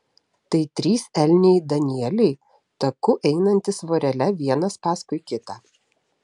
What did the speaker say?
tai trys elniai danieliai taku einantys vorele vienas paskui kitą